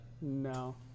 no